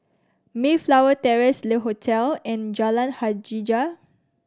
Mayflower Terrace Le Hotel and Jalan Hajijah